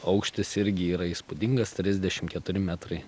aukštis irgi yra įspūdingas trisdešim keturi metrai